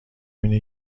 اینه